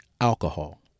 alcohol